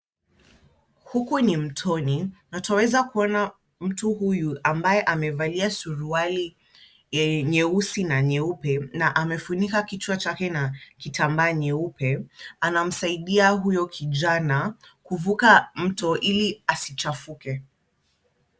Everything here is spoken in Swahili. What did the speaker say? Huku ni mtoni na twaweza kuona mtu huyu ambaye amevalia suruali nyeusi na nyeupe na amefunika kichwa chake na kitambaa nyeupe. Anamsaidia huyo kijana kuvuka mto ili asichafuke.